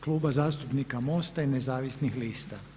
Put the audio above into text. Kluba zastupnika MOST-a i Nezavisnih lista.